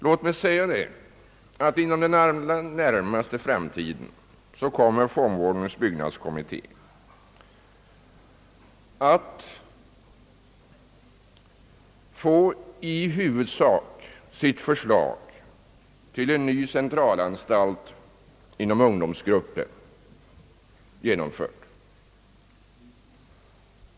Låt mig nämna, att fångvårdens byggnadskommitté inom den allra närmaste framtiden kommer att i huvudsak få sitt förslag till ny centralanstalt inom ungdomsräjongen genomfört.